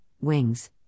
wings